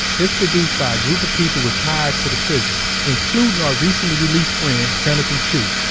it's produced by a group of people with ties to the prison, including our recently released friend, jonathan chiu.